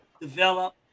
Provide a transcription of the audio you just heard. develop